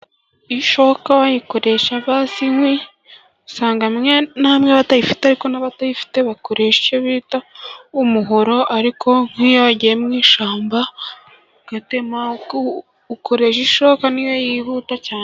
Ishoka bayikoresha basa inkwi, usanga hamwe na hamwe batayifite ariko n'abatayifite bakoresha icyo bita umuhoro. Ariko nkiyo bagiye mu ishyamba gutema, ukoresha ishoka niyo yihuta cyane.